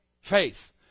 faith